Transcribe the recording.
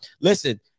listen